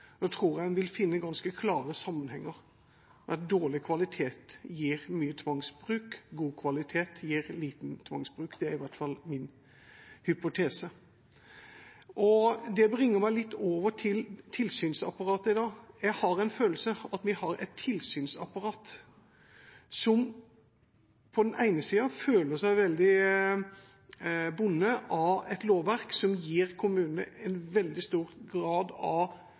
god kvalitet gir lite tvangsbruk. Det er i hvert fall min hypotese. Det bringer meg litt over til tilsynsapparatet i dag. Jeg har en følelse av at vi har et tilsynsapparat som på den ene siden føler seg bundet av et lovverk som gir kommunene stor grad av